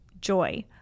joy